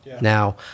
Now